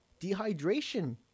dehydration